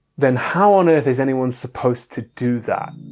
then how on earth is anyone supposed to do that